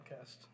Podcast